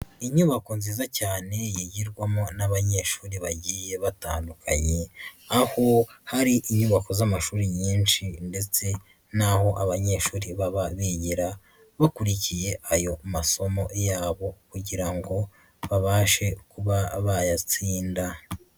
Inyubako nziza cyane yigirwamo n'abanyeshuri bagiye batandukanye, aho hari inyubako z'amashuri nyinshi ndetse n'aho abanyeshuri baba bigira, bakurikiye ayo masomo yabo kugira ngo babashe kuba bayatsinda.